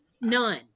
none